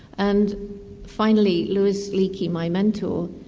and finally louis leakey, my mentor,